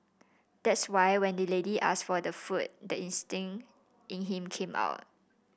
that's why when the lady asked for the food the instinct in him came out